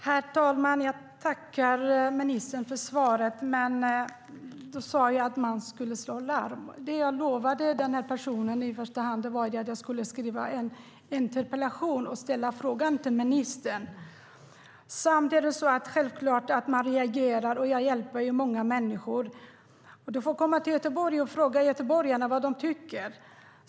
Herr talman! Jag tackar ministern för svaret. Hillevi Engström sade att man ska slå larm. Det jag lovade den här personen i första hand var att skriva en interpellation och ställa frågan till ministern. Samtidigt är det självklart så att man reagerar. Jag hjälper många människor. Ministern får komma till Göteborg och fråga göteborgarna vad de tycker.